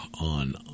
on